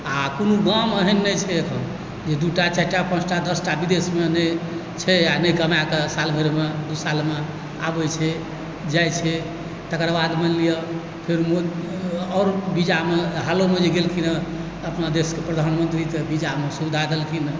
आओर कुनू गाममे एहन नहि छै एखन जे दू टा चारि टा पाँचटा दस टा विदेशमे नहि छै आओर नहि कमाकऽ साल भरिमे दू सालमे आबै छै जाइ छै तकर बाद मानि लिअ फेर आओर वीजामे हालोमे जे गेलखिन हँ अपना देशके प्रधानमन्त्री तऽ वीजामे सुविधा देलखिन हँ